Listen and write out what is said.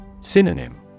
Synonym